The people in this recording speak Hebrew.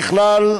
ככלל,